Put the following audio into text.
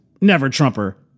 never-Trumper